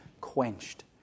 quenched